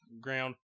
ground